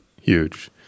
huge